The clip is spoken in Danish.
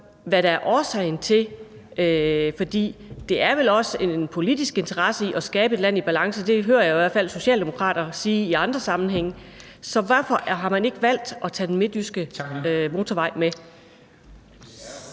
land i bedre balance. Man har vel også en politisk interesse i at skabe et land i balance. Det hører jeg i hvert fald socialdemokrater sige i andre sammenhænge. Så kunne ministeren afsløre noget: Hvorfor har man ikke valgt at tage den midtjyske motorvej med?